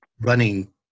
running